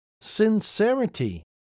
sincerity